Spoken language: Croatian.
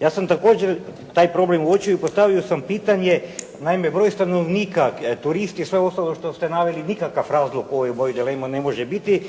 Ja sam također taj problem uočio i postavio sam pitanje. Naime, broj stanovnika, turisti i sve ostalo što ste naveli nikakav razlog ovoj mojoj dilemi ne može biti,